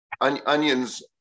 onions